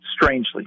strangely